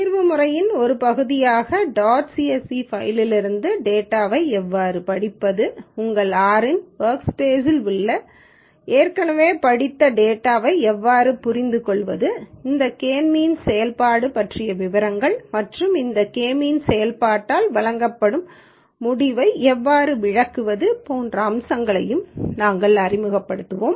தீர்வு முறையின் ஒரு பகுதியாக டாட் சிஎஸ்வி ஃபைலிலிருந்து டேட்டாவை எவ்வாறு படிப்பது உங்கள் R இன் வொர்க்ஸ்பேஸ்ல் உள்ள ஏற்கனவே படித்த டேட்டாவை எவ்வாறு புரிந்துகொள்வது இந்த கே மீன்ஸ் செயல்பாடு பற்றிய விவரங்கள் மற்றும் இந்த கே மீன்ஸ் செயல்பாட்டால் வழங்கப்படும் முடிவை எவ்வாறு விளக்குவது போன்ற அம்சங்களையும் நாங்கள் அறிமுகப்படுத்துவோம்